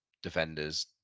defenders